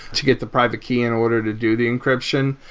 to get the private key in order to do the encryption.